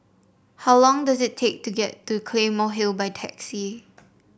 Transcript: how long does it take to get to Claymore Hill by taxi